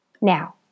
Now